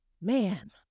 man